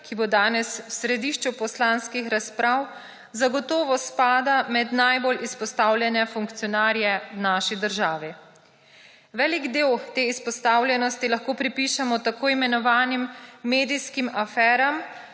ki bo danes v središču poslanskih razprav, zagotovo spada med najbolj izpostavljene funkcionarje v naši državi. Velik del te izpostavljenosti lahko pripišemo tako imenovanim medijskim aferam,